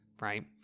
right